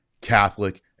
Catholic